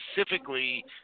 Specifically